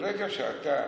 ברגע שאתה